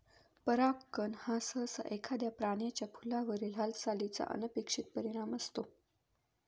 परागकण हा सहसा एखाद्या प्राण्याचा फुलावरील हालचालीचा अनपेक्षित परिणाम असतो